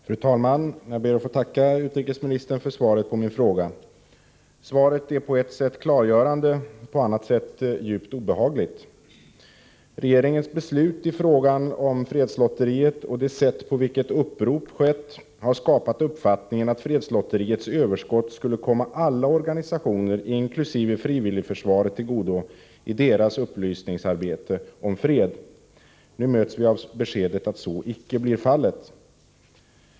Fru talman! Jag ber att få tacka utrikesministern för svaret på min fråga. Svaret är på ett sätt klargörande, på annat sätt djupt obehagligt. Regeringens beslut i fråga om fredslotteriet och det sätt på vilket upprop skett har skapat uppfattningen att fredslotteriets överskott skulle komma alla organisationer, inkl. frivilligförsvaret, till godo i deras arbete med upplysning om fred. Nu möts vi av beskedet att så icke blir fallet.